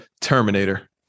Terminator